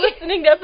listening